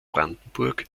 brandenburg